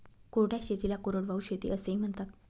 कोरड्या शेतीला कोरडवाहू शेती असेही म्हणतात